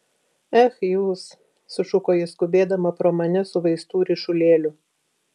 ech jūs sušuko ji skubėdama pro mane su vaistų ryšulėliu